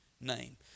name